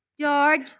George